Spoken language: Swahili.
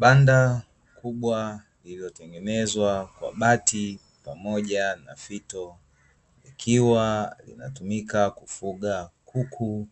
Banda kubwa lililotengenezwa kwa bati pamoja na fito, likiwa linatumika kufuga kuku,